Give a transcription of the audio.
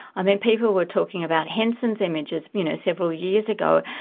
i mean, people were talking about henson's images you know several years ago,